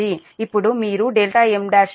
ఇప్పుడు మీరు m1ను లెక్కించాలి